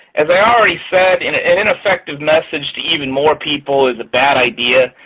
as i already said, and an ineffective message to even more people is a bad idea.